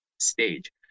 stage